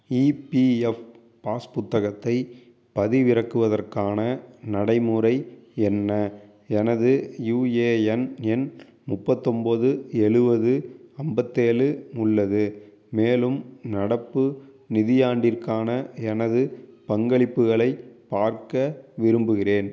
EPF pass புத்தகத்தை பதிவிறக்குவதற்கான நடைமுறை என்ன எனது யுஏஎன் எண் முப்பத்தொன்போது எழுவது ஐம்பத்தேழு உள்ளது மேலும் நடப்பு நிதியாண்டிற்கான எனது பங்களிப்புகளைப் பார்க்க விரும்புகிறேன்